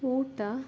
ಊಟ